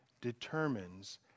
determines